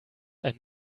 ein